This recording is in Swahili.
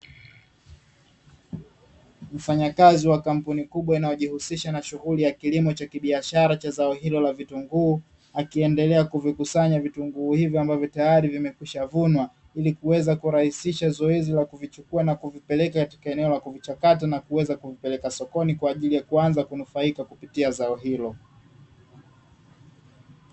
Mfanyakazi wa kampuni kubwa inayojihusisha na shughuli ya kilimo cha kibiashara cha zao hilo la vitunguu, akiendelea kuvikusanya vitunguu hivyo ambavyo tayari vimekwishavunwa, ili kuweza kurahisisha zoezi la kuvichukua na kupeleka eneo la kuchakata na kuweza kupeleka sokoni kwa ajili ya kuanza kunufaika kupitia zao hilo.